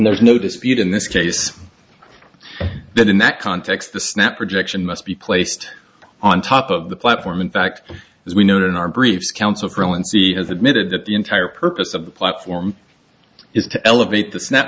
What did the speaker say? there's no dispute in this case that in that context the snap projection must be placed on top of the platform in fact as we noted in our briefs counsel currency has admitted that the entire purpose of the platform is to elevate the snap